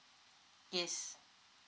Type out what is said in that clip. yes